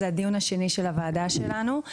זה הדיון השני של הוועדה שלנו.